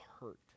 hurt